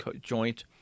joint